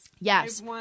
Yes